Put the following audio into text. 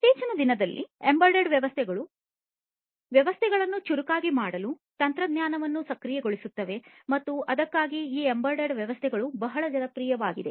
ಇತ್ತೀಚಿನ ದಿನಗಳಲ್ಲಿ ಎಂಬೆಡೆಡ್ ವ್ಯವಸ್ಥೆಗಳು ವ್ಯವಸ್ಥೆಗಳನ್ನು ಚುರುಕಾಗಿ ಮಾಡಲು ತಂತ್ರಜ್ಞಾನಗಳನ್ನು ಸಕ್ರಿಯಗೊಳಿಸುತ್ತಿವೆ ಮತ್ತು ಅದಕ್ಕಾಗಿಯೇ ಈ ಎಂಬೆಡೆಡ್ ವ್ಯವಸ್ಥೆಗಳು ಬಹಳ ಜನಪ್ರಿಯವಾಗಿವೆ